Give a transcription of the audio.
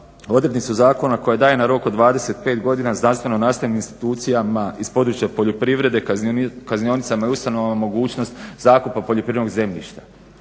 odrednicu zakona koja daje na rok od 25 godina znanstveno nastavnim institucijama iz područja poljoprivrede, kaznionicama i ustanovama mogućnost zakupa poljoprivrednog zemljišta.